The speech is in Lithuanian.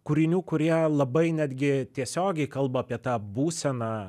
kūrinių kurie labai netgi tiesiogiai kalba apie tą būseną